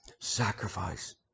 sacrifice